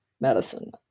medicine